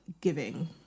giving